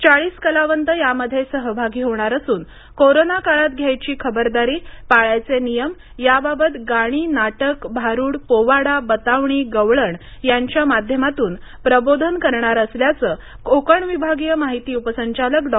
चाळीस कलावंत यामध्ये सहभागी होणार असून कोरोना काळात घ्यायची खबरदारी पाळायचे नियम याबाबत गाणी नाटक भारुड पोवाडा बतावणी गवळण यांच्या माध्यमातून प्रबोधन करणार असल्याचं कोकण विभागीय माहिती उपसंचालक डॉ